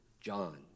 John